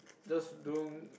just don't